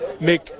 make